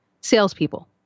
salespeople